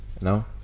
No